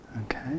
okay